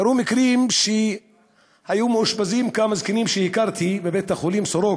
קרו מקרים שהיו מאושפזים כמה זקנים שהכרתי בבית-החולים סורוקה.